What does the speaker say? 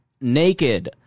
naked